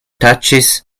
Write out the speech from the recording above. touches